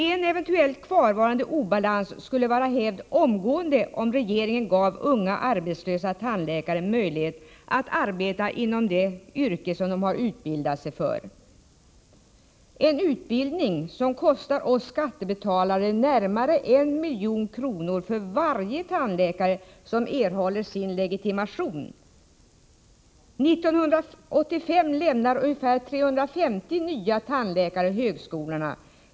En eventuellt kvarvarande obalans skulle vara hävd omgående, om regeringen gav unga arbetslösa tandläkare möjlighet att arbeta inom det yrke de utbildat sig för — en utbildning som kostar oss skattebetalare närmare 1 milj.kr. för varje tandläkare som erhåller sin legitimation. 1985 lämnar ungefär 350 nya tandläkare högskolorna.